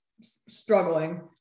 struggling